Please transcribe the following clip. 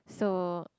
so